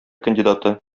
кандидаты